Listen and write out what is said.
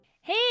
Hey